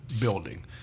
building